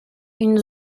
une